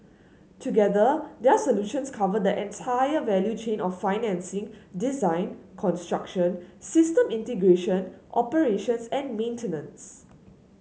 together their solutions cover the entire value chain of financing design construction system integration operations and maintenance